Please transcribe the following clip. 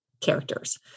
characters